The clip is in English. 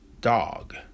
dog